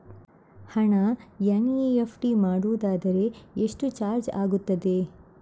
ಹಣ ಎನ್.ಇ.ಎಫ್.ಟಿ ಮಾಡುವುದಾದರೆ ಎಷ್ಟು ಚಾರ್ಜ್ ಆಗುತ್ತದೆ?